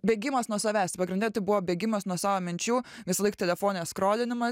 bėgimas nuo savęs pagrinde tai buvo bėgimas nuo savo minčių visąlaik telefone skrolinima